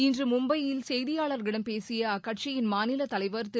இன்று மும்பையில் செய்தியாளர்களிடம் பேசிய அக்கட்சியின் மாநிலத் தலைவா் திரு